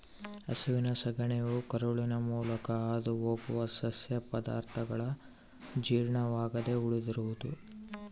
ಹಸುವಿನ ಸಗಣಿಯು ಕರುಳಿನ ಮೂಲಕ ಹಾದುಹೋಗುವ ಸಸ್ಯ ಪದಾರ್ಥಗಳ ಜೀರ್ಣವಾಗದೆ ಉಳಿದಿರುವುದು